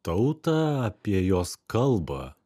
tautą apie jos kalbą